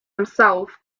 himself